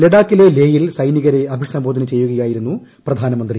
ലഡാക്കിലെ ലേയിൽ സൈനികരെ അഭിസംബോധന ചെയ്യുകയായിരുന്നു പ്രധാനമന്ത്രി